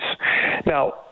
Now